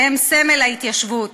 שהם סמל ההתיישבות.